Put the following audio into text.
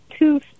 Two